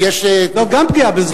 יש, זאת גם פגיעה בזכויות.